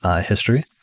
history